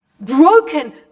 broken